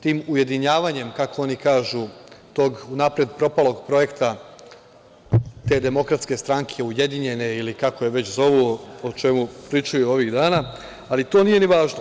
tim ujedinjavanjem kako oni kažu, tog unapred propalog projekta te Demokratske stranke, ujedinjene ili kako je već zovu, o čemu pričaju ovih dana, ali to nije ni važno.